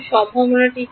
সম্ভাবনা কি